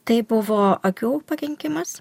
tai buvo akių pakenkimas